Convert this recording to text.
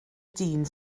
dyn